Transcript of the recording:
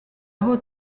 aho